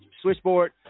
switchboard